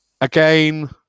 Again